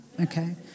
okay